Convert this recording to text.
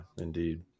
indeed